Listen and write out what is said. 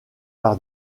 par